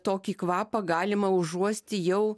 tokį kvapą galima užuosti jau